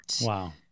Wow